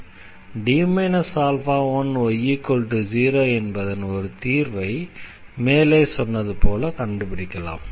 y0 என்பதன் ஒரு தீர்வை மேலே சொன்னது போல கண்டுபிடிக்கலாம்